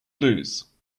lose